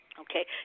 okay